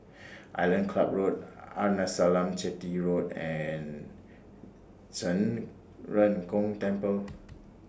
Island Club Road Arnasalam Chetty Road and Zhen Ren Gong Temple